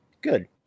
Good